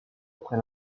après